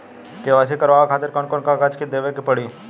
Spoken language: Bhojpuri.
के.वाइ.सी करवावे खातिर कौन कौन कागजात देवे के पड़ी?